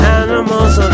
animals